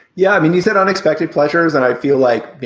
yeah. i mean, you said unexpected pleasures. and i feel like,